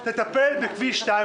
אנחנו נמצאים באמצע שנת